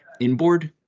inboard